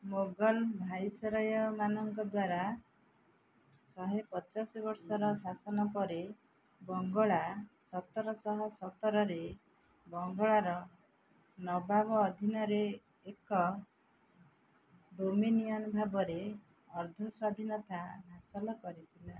ମୋଗଲ ଭାଇସରୟମାନଙ୍କ ଦ୍ୱାରା ଶହେ ପଚାଶ ବର୍ଷର ଶାସନ ପରେ ବଙ୍ଗଳା ସତର ଶହ ସତରରେ ବଙ୍ଗଳାର ନବାବ ଅଧୀନରେ ଏକ ଡୋମିନିଅନ୍ ଭାବରେ ଅର୍ଦ୍ଧ ସ୍ୱାଧୀନତା ହାସଲ କରିଥିଲା